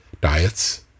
diets